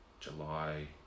July